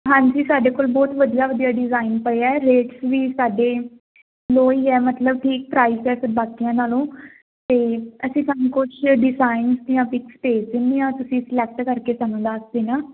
ਹਾਂਜੀ ਸਾਡੇ ਕੋਲ ਬਹੁਤ ਵਧੀਆ ਵਧੀਆ ਡਿਜ਼ਾਇਨ ਪਏ ਆ ਰੇਟਸ ਵੀ ਸਾਡੇ ਲੋਅ ਹੀ ਹੈ ਮਤਲਬ ਠੀਕ ਪ੍ਰਾਈਸ ਹੈ ਅਤੇ ਬਾਕੀਆਂ ਨਾਲੋਂ ਅਤੇ ਅਸੀਂ ਤੁਹਾਨੂੰ ਕੁਛ ਡਿਸਾਈਨ ਦੀਆਂ ਪਿਕਸ ਭੇਜ ਦਿੰਦੇ ਹਾਂ ਤੁਸੀਂ ਸਲੈਕਟ ਕਰਕੇ ਸਾਨੂੰ ਦੱਸ ਦੇਣਾ